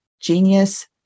genius